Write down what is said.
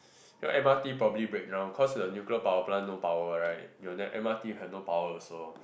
then M_R_T probably breakdown cause the nuclear power plant no power right you'll ne~ M_R_T will have no power also